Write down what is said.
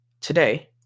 Today